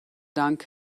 dank